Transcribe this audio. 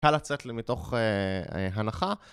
אפשר לצאת מתוך הנחה